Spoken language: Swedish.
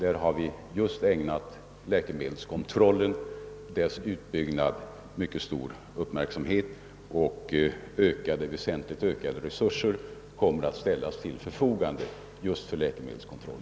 Vi har där ägnat läkemedelskontrollens utbyggnad en mycket stor uppmärksamhet, och väsentligt ökade resurser kommer att ställas till förfogande för detta ändamål.